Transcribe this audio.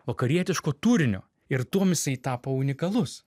vakarietiško turinio ir tuom jisai tapo unikalus